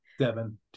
Seven